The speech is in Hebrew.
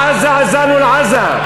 עזה, עזנו לעזה.